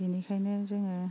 बिनिखायनो जोङो